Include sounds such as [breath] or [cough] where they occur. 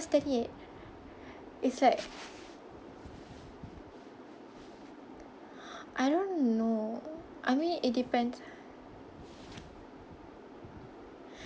stand it it's like [breath] I don't know I mean it depends